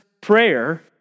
prayer